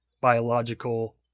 biological